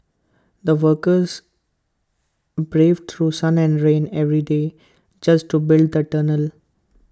the workers braved through sun and rain every day just to the tunnel